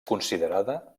considerada